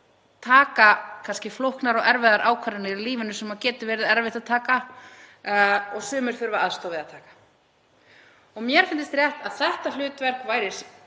taka kannski flóknar og erfiðar ákvarðanir í lífinu sem getur verið erfitt að taka og sumir þurfa aðstoð við. Mér fyndist rétt að þetta hlutverk væri